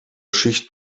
schicht